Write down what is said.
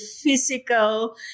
physical